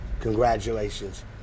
Congratulations